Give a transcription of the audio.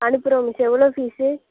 அனுப்புகிறோம் மிஸ் எவ்வளோ ஃபீஸு